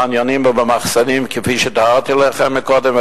בחניונים ובמחסנים כפי שתיארתי לכם קודם,